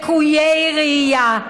ולקויי ראייה,